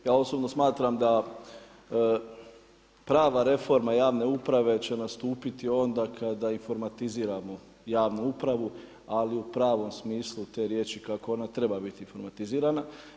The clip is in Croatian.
Ja osobno smatram da prava reforma javne uprave će nastupiti kada informatiziramo javnu upravu ali u pravom smislu te riječi kako ona treba biti informatizirana.